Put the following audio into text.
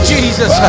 Jesus